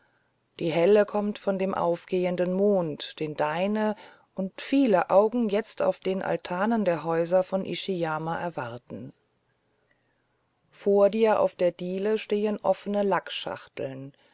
die helle kommt vom aufgehenden mond den deine und viele augen jetzt auf den altanen der häuser von ishiyama erwarten vor dir auf der diele stehen offene